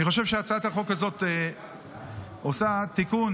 אני חושב שהצעת החוק הזאת עושה תיקון